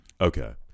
Okay